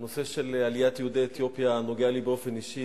נושא עליית יהודי אתיופיה נוגע לי באופן אישי,